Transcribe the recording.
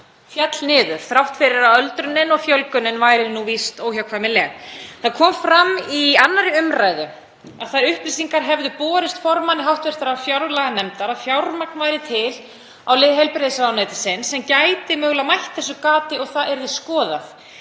féll niður þrátt fyrir að öldrunin og fjölgunin væri víst óhjákvæmileg. Það kom fram við 2. umr. að þær upplýsingar hefðu borist formanni hv. fjárlaganefndar að fjármagn væri til á lið heilbrigðisráðuneytisins sem gæti mögulega mætt þessu gati og það yrði skoðað.